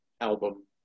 album